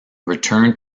returned